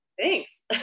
Thanks